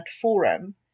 Forum